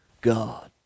God